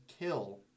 kill